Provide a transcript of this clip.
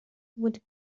would